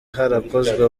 harakozwe